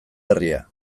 herria